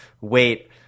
wait